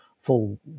full